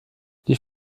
die